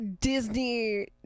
Disney